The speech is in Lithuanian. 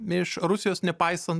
iš rusijos nepaisant